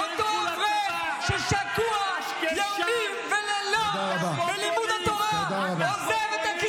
אותו אברך ששקוע ימים ולילות בלימוד התורה, אלפים?